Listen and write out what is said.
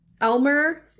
Elmer